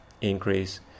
increase